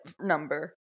Number